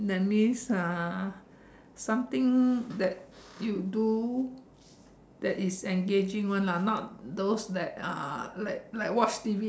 that means uh something that you do that is engaging [one] lah not those uh like like watch